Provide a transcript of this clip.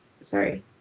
Sorry